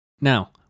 Now